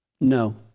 No